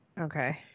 Okay